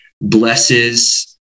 blesses